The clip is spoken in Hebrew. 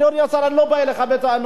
אדוני השר, אני לא בא אליך בטענות.